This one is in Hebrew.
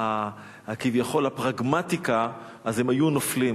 כביכול, הפרגמטיקה, אז הם היו נופלים.